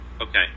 Okay